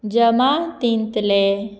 जमातींतले